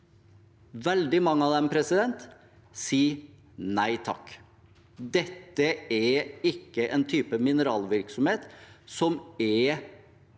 Veldig mange av dem sier nei takk. Dette er ikke en type mineralvirksomhet som er forenlig